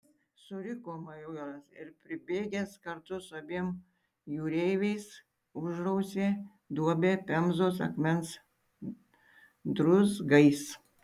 suriko majoras ir pribėgęs kartu su abiem jūreiviais užrausė duobę pemzos akmens druzgais